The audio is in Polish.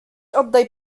oddaj